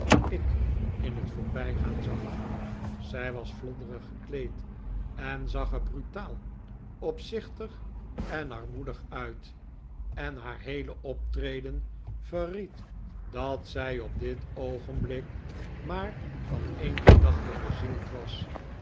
ik in het voorbijgaan zag zij was flodderig gekleed en zag er brutaal opzichtig en armoedig uit en haar heele optreden verried dat zij op dit oogenblik maar van een gedachte bezield was